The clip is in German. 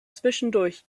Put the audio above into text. zwischendurch